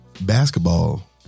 basketball